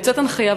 יוצאת הנחיה,